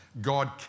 God